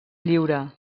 lliure